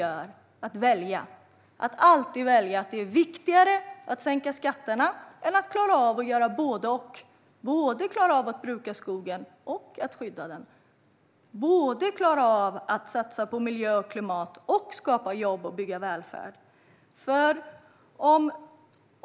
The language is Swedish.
För dem är det alltid viktigare att sänka skatterna än att klara av att göra både och - klara av att bruka skogen och att skydda den, klara av att satsa på miljö och klimat och att skapa jobb och bygga välfärd.